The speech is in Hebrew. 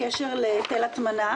בקשר להיטל הטמנה,